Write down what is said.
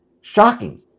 shocking